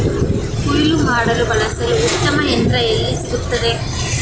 ಕುಯ್ಲು ಮಾಡಲು ಬಳಸಲು ಉತ್ತಮ ಯಂತ್ರ ಎಲ್ಲಿ ಸಿಗುತ್ತದೆ?